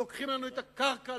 לוקחים לנו את הקרקע,